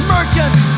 Merchants